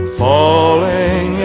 falling